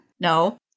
No